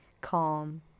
calm